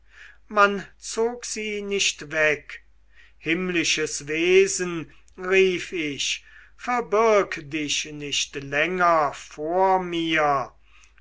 man zog sie nicht weg himmlisches wesen rief ich verbirg dich nicht länger vor mir